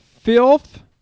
filth